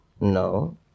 No